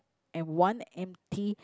and one empty